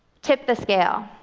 tip the scale,